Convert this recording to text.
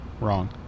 Wrong